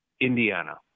Indiana